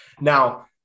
Now